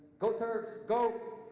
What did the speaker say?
go terps, go!